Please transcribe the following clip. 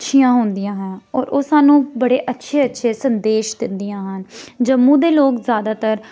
अच्छियां होंदियां हैं होर ओह् सानूं बड़े अच्छे अच्छे संदेश दिंदियां हां जम्मू दे लोक जैदातर